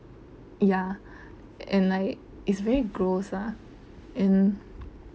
ya and like it's very gross ah and